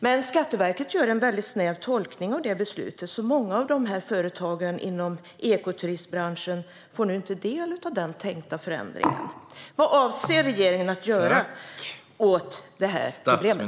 Men Skatteverket gör en väldigt snäv tolkning av det beslutet. Många av företagen inom ekoturistbranschen får nu inte del av den tänkta förändringen. Vad avser regeringen att göra åt det här problemet?